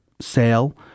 sale